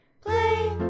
play